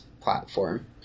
platform